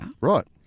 Right